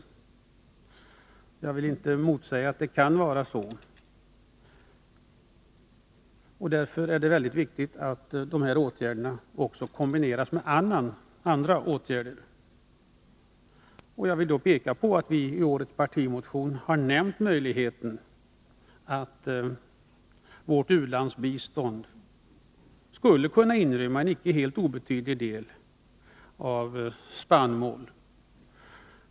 Jag vill inte bestrida att det kan bli så, och därför är det viktigt att en sådan introduktion kombineras också med andra åtgärder. Jag vill peka på att vi i årets partimotion har nämnt möjligheterna att vårt u-landsbistånd skulle kunna inrymma en icke helt obetydlig del av spannmål.